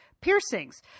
piercings